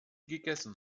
gegessen